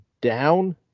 down